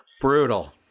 brutal